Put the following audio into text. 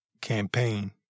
campaign